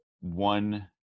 one